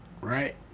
Right